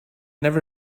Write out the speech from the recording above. never